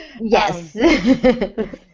Yes